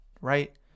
right